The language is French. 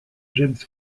james